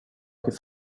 his